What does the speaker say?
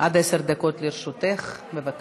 עד עשר דקות לרשותך, בבקשה.